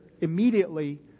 immediately